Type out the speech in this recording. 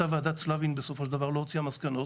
אותה וועדת סלבין בסופו של דבר לא הוציאה מסקנות,